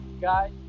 Guys